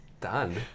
Done